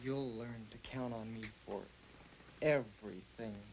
you'll learn to count on me for everything